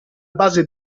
base